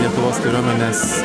lietuvos kariuomenės